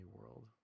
World